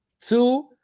Two-